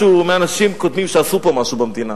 משהו מאנשים קודמים שעשו פה משהו במדינה,